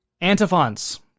Antiphons